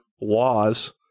laws